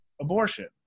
abortion